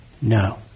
No